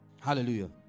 Hallelujah